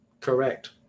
Correct